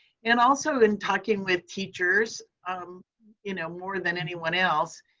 and also in talking with teachers um you know more than anyone else,